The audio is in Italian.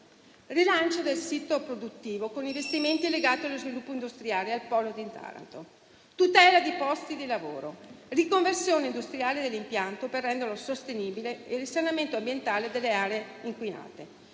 Rilancio del sito produttivo con investimenti legati allo sviluppo industriale e al polo di Taranto, tutela di posti di lavoro, riconversione industriale dell'impianto per renderlo sostenibile e risanamento ambientale delle aree inquinate: